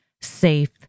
safe